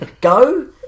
go